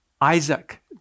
Isaac